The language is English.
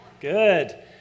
Good